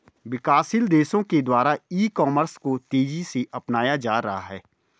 विकासशील देशों के द्वारा ई कॉमर्स को तेज़ी से अपनाया जा रहा है